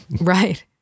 Right